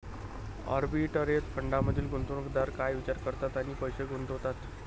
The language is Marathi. आर्बिटरेज फंडांमधील गुंतवणूकदार काय विचार करतात आणि पैसे गुंतवतात?